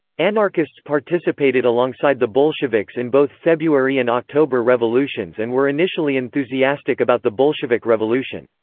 anarchists participated alongside the bolsheviks in both february and october revolutions and were initially enthusiastic about the bolshevik revolution.